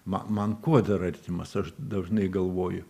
ma man kuo dar artimas aš dažnai galvoju